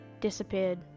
disappeared